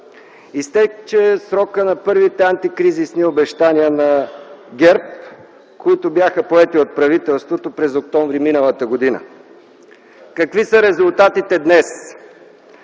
Изтече срокът на първите антикризисни обещания на ГЕРБ, които бяха поети от правителството през октомври миналата година. Какви са резултатите днес?